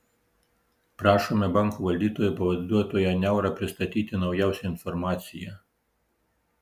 prašome banko valdytojo pavaduotoją niaurą pristatyti naujausią informaciją